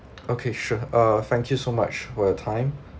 okay sure uh thank you so much for your time